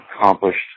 accomplished